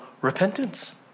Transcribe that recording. repentance